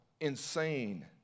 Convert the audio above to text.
insane